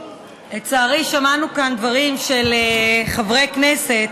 לצערי, שמענו כאן דברים של חברי כנסת